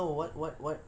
okay